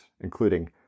including